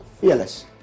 fearless